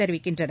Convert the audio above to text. தெரிவிக்கின்றன